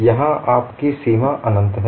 यहां आपकी सीमा अनंत है